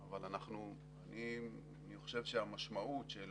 אבל אני חושב שהמשמעות של